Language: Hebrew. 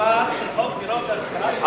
חוק דירות להשכרה.